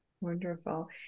Wonderful